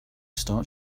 start